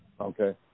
Okay